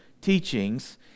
teachings